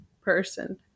person